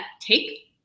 take